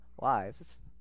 lives